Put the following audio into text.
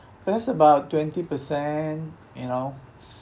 perhaps about twenty percent you know